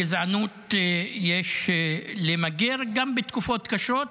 גזענות יש למגר גם בתקופות קשות.